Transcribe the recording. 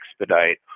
expedite